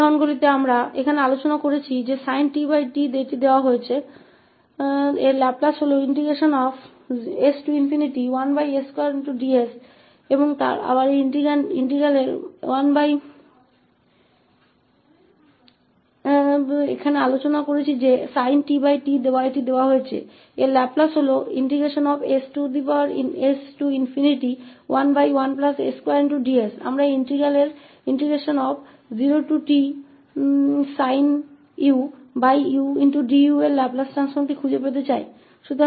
उदाहरण के लिए आ रहा तो हम यहाँ पर चर्चा है कि यह sin tt का लाप्लास s11s2 ds दिआ गया है और हम इस इंटीग्रलके लाप्लास रूपांतर को खोजना चाहते हैं 0tsin uudu